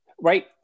Right